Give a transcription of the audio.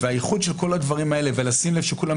והייחוד של כל הדברים האלה ולשים לב שכולם